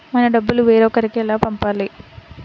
మన డబ్బులు వేరొకరికి ఎలా పంపాలి?